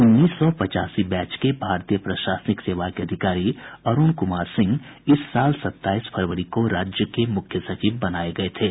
उन्नीस सौ पचासी बैच के भारतीय प्रशासनिक सेवा के अधिकारी अरुण कुमार सिंह इस साल सताईस फरवरी को राज्य के मुख्य सचिव बनाये गये थे